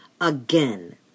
again